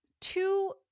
Two